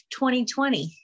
2020